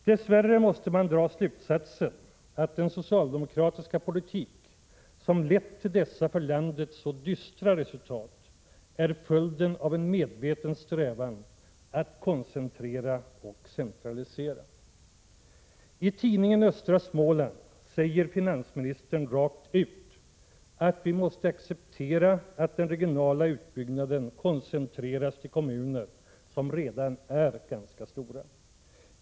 Dess värre måste man dra slutsatsen att den socialdemokratiska politik som lett till dessa för landet så dystra resultat är följden av en medveten strävan att koncentrera och centralisera. I tidningen Östra Småland säger finansministern rakt ut att vi måste ”acceptera att den regionala utbyggnaden koncentreras till kommuner som redan är ganska stora”.